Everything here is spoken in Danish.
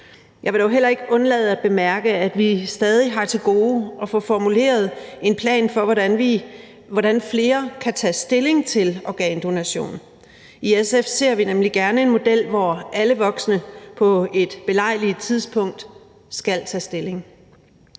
Jeg vil dog heller ikke undlade at bemærke, at vi stadig har til gode at få formuleret en plan for, hvordan flere kan tage stilling til organdonation. I SF ser vi nemlig gerne en model, hvor alle voksne på et belejligt tidspunkt skal tage stilling.